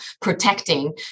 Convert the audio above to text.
protecting